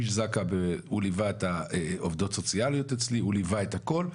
איש זק"א ליווה את העובדות סוציאליות אצלי ואת הכל.